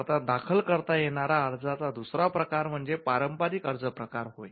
भारतात दाखल करता येणार अर्जाचा दुसरा प्रकार म्हणजे पारंपरिक अर्ज प्रकार होय